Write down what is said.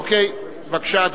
אוקיי.